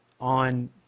on